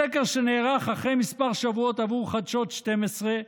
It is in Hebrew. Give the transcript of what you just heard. בסקר שנערך אחרי כמה שבועות עבור חדשות 12,